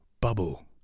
bubble